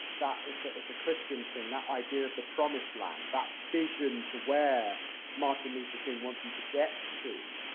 that it's a, it's a christian thing, that idea of the promised land, that vision to where martin luther king wants you to get to,